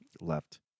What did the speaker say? left